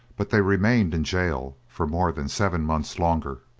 but they remained in gaol for more than seven months longer,